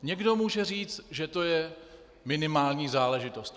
Někdo může říct, že to je minimální záležitost.